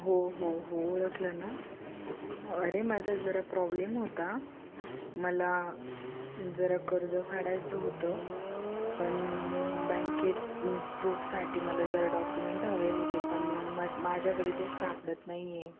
हो हो हो ओळखला ना अरे माझा जरा प्रॉब्लेम होता मला जरा कर्ज काढायचं होतं पण बँकेत प्रूफसाठी मला जरा डॉक्युमेंट हवे होते पण मज माझ्याकडे ते सापडत नाहीये